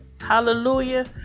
Hallelujah